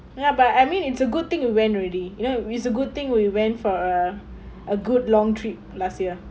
ya but I mean it's a good thing we went already you know it's a good thing we went for a a good long trip last year